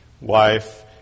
wife